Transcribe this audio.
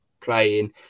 playing